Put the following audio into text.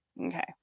okay